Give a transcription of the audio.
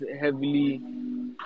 heavily